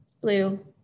blue